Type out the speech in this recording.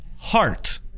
Heart